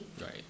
Right